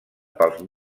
pels